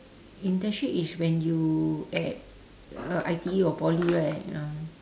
internship is when you at uh I_T_E or poly right ah